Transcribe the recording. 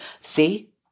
see